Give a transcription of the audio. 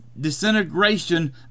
disintegration